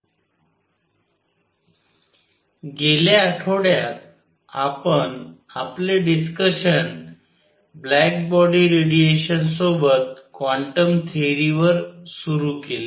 Wilson Sommerfeld quantum condition I harmonic oscillator and particle in a box गेल्या आठवड्यात आपण आपले डिस्कशन ब्लॅक बॉडी रेडिएशनसोबत क्वांटम थेअरीवर सुरू केले